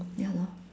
ya lor